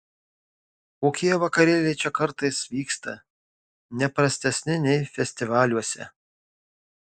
kokie vakarėliai čia kartais vyksta ne prastesni nei festivaliuose